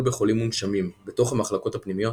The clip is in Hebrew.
בחולים מונשמים בתוך המחלקות הפנימיות,